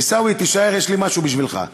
עיסאווי, תישאר, יש לי משהו בשבילך.